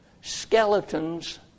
Skeletons